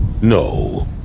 No